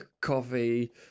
coffee